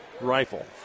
Rifle